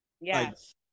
yes